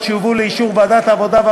העבודה,